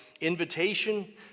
invitation